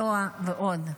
לוע ועוד.